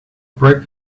break